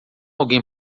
alguém